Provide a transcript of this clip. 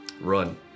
run